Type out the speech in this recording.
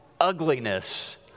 ugliness